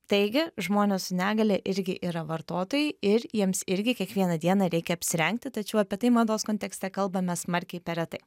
taigi žmonės su negalia irgi yra vartotojai ir jiems irgi kiekvieną dieną reikia apsirengti tačiau apie tai mados kontekste kalbame smarkiai per retai